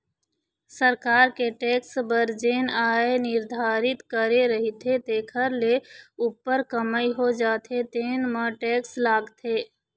सरकार के टेक्स बर जेन आय निरधारति करे रहिथे तेखर ले उप्पर कमई हो जाथे तेन म टेक्स लागथे